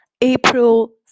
April